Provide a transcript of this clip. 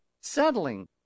settling